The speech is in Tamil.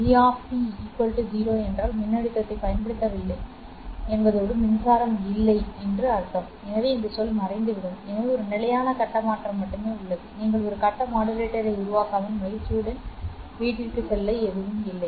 V 0 என்றால் இது மின்னழுத்தத்தைப் பயன்படுத்தவில்லை என்பதோடு மின்சாரம் இல்லை எனவே இந்த சொல் மறைந்துவிடும் எனவே ஒரு நிலையான கட்ட மாற்றம் மட்டுமே உள்ளது நீங்கள் ஒரு கட்ட மாடுலேட்டரை உருவாக்காமல் மகிழ்ச்சியுடன் வீட்டிற்குச் செல்ல எதுவும் இல்லை